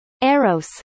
Eros